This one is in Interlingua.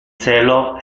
celo